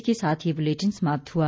इसी के साथ ये बुलेटिन समाप्त हुआ